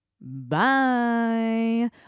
bye